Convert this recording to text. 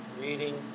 reading